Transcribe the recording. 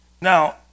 Now